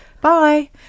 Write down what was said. bye